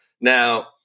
Now